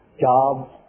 jobs